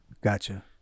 Gotcha